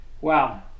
Wow